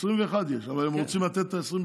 21 יש, אבל הם רוצים לתת גם את ה-22.